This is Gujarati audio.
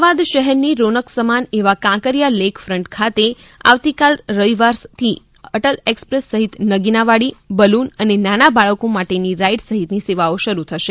અમદાવાદ શહેરની રોનક સમાન એવા કાંકરિયા લેઇક ફ્રન્ટ ખાતે આવતીકાલ રવિવારથી અટલ એક્સપ્રેસ સહિત નગીનાવાડી બલૂન અને નાના બાળકો માટેની રાઇડ સહિતની સેવાઓ શરૂ થશે